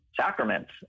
sacraments